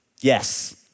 Yes